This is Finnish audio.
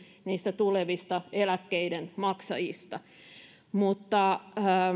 niistä tulevista eläkkeiden maksajista mutta